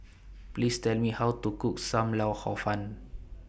Please Tell Me How to Cook SAM Lau Hor Fun